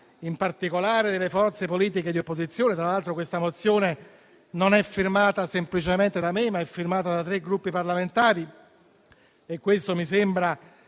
in particolare delle forze politiche di opposizione - tra l'altro, questa mozione è firmata non semplicemente da me, ma da tre Gruppi parlamentari e questo mi sembra